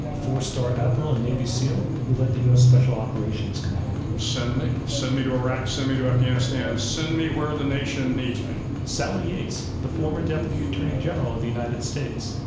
a four star admiral and navy seal who led the u. s. special operations command. send me send me to iraq. send me to afghanistan. send me where the nation needs me. sally yates, the former deputy attorney general of the united states.